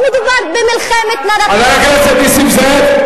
לא מדובר במלחמת, את הפושעת של הכנסת.